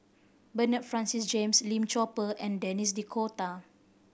Bernard Francis James Lim Chor Pee and Denis D'Cotta